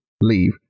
leave